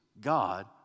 God